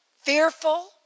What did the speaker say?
Fearful